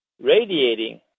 radiating